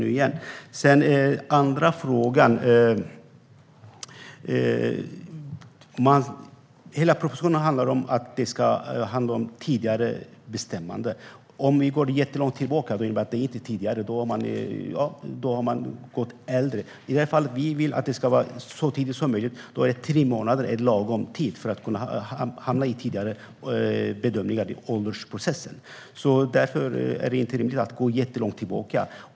När det gäller den andra frågan handlar hela propositionen om att bedömningarna ska göras tidigare. Om vi går jättelångt tillbaka blir bedömningarna inte tidigarelagda, utan då har man blivit äldre. I det här fallet vill vi att det ska vara så tidigt som möjligt, och då är tre månader lagom lång tid för att kunna göra tidigare åldersbedömningar i processen. Därför är det inte rimligt att gå jättelångt tillbaka.